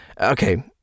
Okay